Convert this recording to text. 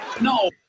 no